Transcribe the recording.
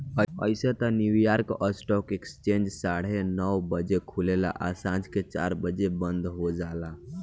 अइसे त New York stock exchange साढ़े नौ बजे खुलेला आ सांझ के चार बजे बंद हो जाला